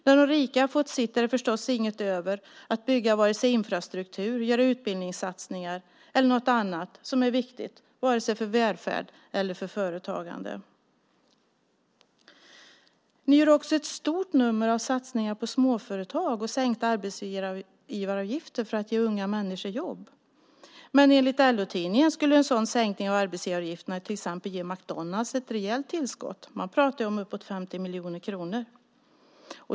När de rika har fått sitt är det förstås inget över till infrastruktur, utbildningssatsningar och annat som är viktigt för välfärd och företagande. Ni gör också ett stort nummer av satsningar på småföretag och sänkta arbetsgivaravgifter för att ge unga människor jobb. Men enligt LO-tidningen skulle en sådan sänkning av arbetsgivaravgifterna till exempel ge McDonalds ett rejält tillskott. Man pratar om uppåt 50 miljoner kronor.